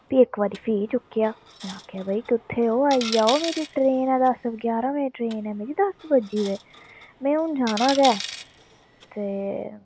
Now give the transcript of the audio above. फ्ही इक बारी फ्ही चुक्केआ में आखेआ भई कुत्थे ओ आई जाओ मेरी ट्रेन ऐ दस ग्यारहां बजे ट्रेन ऐ मेरी दस बज्जी गेदे में हून जाना गै ते